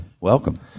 Welcome